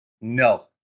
No